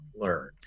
learn